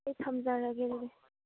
ꯍꯣꯏ ꯑꯗꯨꯗꯤ ꯊꯝꯖꯔꯒꯦ